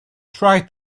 try